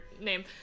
name